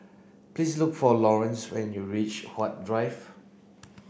please look for Lawrence when you reach Huat Drive